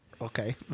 Okay